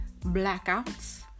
blackouts